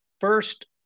first